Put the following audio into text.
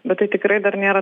bet tai tikrai dar nėra